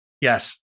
Yes